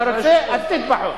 אתה רוצה, אז "תטבַּחו".